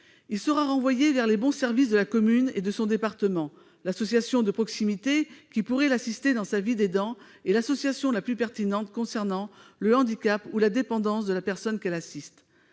alors renvoyé vers les bons services de sa commune et de son département, l'association de proximité qui pourrait l'assister dans sa vie d'aidant, et l'association la plus pertinente concernant le handicap ou la dépendance de la personne qu'elle assiste.